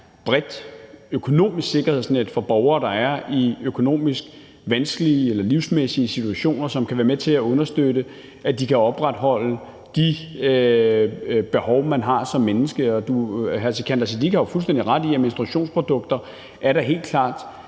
bredt økonomisk sikkerhedsnet for borgere, der er i økonomisk eller livsmæssigt vanskelige situationer, som kan være med til at understøtte, at de kan opfylde de behov, man har som menneske. Og hr. Sikandar Siddique har jo fuldstændig ret i, at menstruationsprodukter da helt klart